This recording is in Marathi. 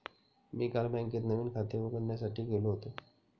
मी काल बँकेत नवीन खाते उघडण्यासाठी गेलो होतो